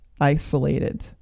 isolated